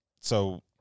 So-